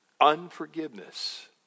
Unforgiveness